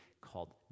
called